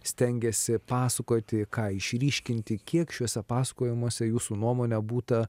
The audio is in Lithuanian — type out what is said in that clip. stengėsi pasakoti ką išryškinti kiek šiuose pasakojimuose jūsų nuomone būta